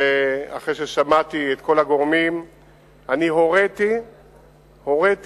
ואחרי ששמעתי את כל הגורמים הוריתי לפעול